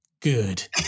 good